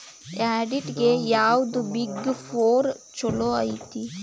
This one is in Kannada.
ಆಡಿಟ್ಗೆ ಯಾವ್ದ್ ಬಿಗ್ ಫೊರ್ ಚಲೊಐತಿ?